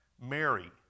Mary